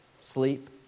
sleep